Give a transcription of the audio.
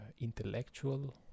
intellectual